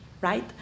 right